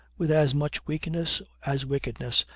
with as much weakness as wickedness,